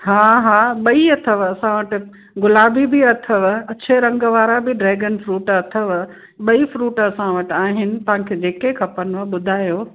हा हा ॿई अथव असां वटि गुलाबी बि अथव अच्छे रंग वारा बि ड्रेगन फ़्रूट अथव ॿई फ़्रूट असां वटि आहिनि तव्हां खे जेके खपनव ॿुधायो